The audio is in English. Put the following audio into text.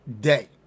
day